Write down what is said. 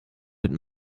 wird